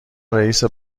رئیس